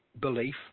belief